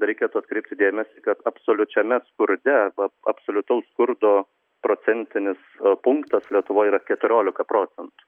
reikėtų atkreipti dėmesį kad absoliučiame skurde arba absoliutaus skurdo procentinis punktas lietuvoj yra keturiolika procentų